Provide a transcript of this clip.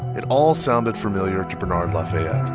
it all sounded familiar to bernard lafayette